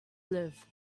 live